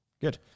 good